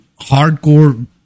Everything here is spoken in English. hardcore